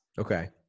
Okay